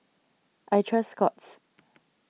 I trust Scott's